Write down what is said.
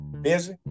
busy